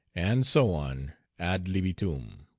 and so on ad libitum.